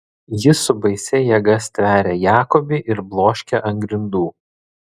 jis su baisia jėga stveria jakobį ir bloškia ant grindų